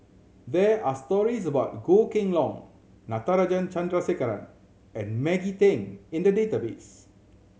there are stories about Goh Kheng Long Natarajan Chandrasekaran and Maggie Teng in the database